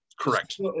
Correct